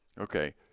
Okay